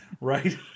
Right